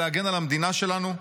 להגן על המדינה שלנו?